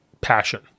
passion